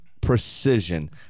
precision